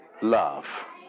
love